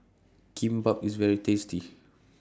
Kimbap IS very tasty